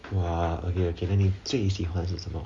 !wah! okay okay then 你最喜欢是什么